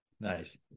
nice